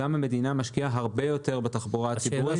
המדינה משקיעה הרבה יותר בתחבורה הציבורית.